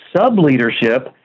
sub-leadership